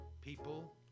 people